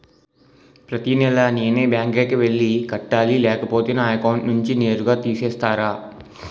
ప్రతి నెల నేనే బ్యాంక్ కి వెళ్లి కట్టాలి లేకపోతే నా అకౌంట్ నుంచి నేరుగా తీసేస్తర?